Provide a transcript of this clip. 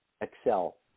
excel